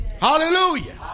Hallelujah